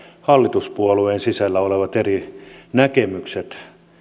hallituspuolueen sisällä olevat eri näkemykset